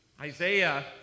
Isaiah